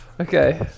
Okay